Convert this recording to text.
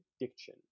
diction